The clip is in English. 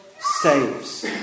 saves